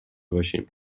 باشیم